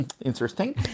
interesting